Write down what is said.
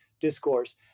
discourse